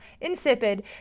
insipid